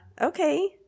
Okay